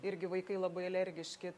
irgi vaikai labai alergiški